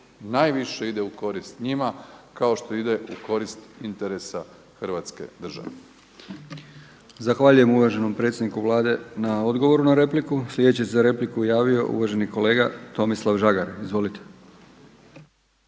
najviše ide u korist njima kao što ide u korist interesa Hrvatske države. **Brkić, Milijan (HDZ)** Zahvaljujem uvaženom predsjedniku Vlade na odgovoru na repliku. Sljedeći se za repliku javio uvaženi kolega Tomislav Žagar. Izvolite.